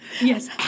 Yes